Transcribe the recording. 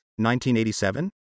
1987